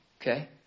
Okay